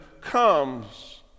comes